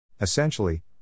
Essentially